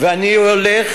ואני הולך,